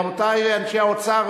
רבותי אנשי האוצר,